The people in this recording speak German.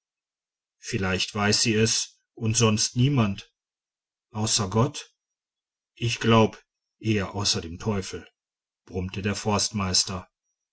vielleicht weiß sie es und sonst niemand außer gott ich glaub eher außer dem teufel brummte der forstmeister